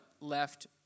left